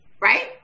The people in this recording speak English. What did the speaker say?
right